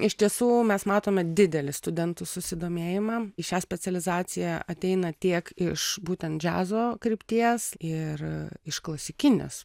iš tiesų mes matome didelį studentų susidomėjimą į šią specializaciją ateina tiek iš būtent džiazo krypties ir iš klasikinės